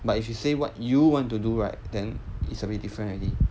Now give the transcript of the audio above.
but if you say what you want to do right then it's a bit different already